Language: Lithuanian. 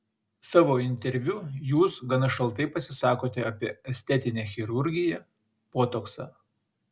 savo interviu jūs gana šaltai pasisakote apie estetinę chirurgiją botoksą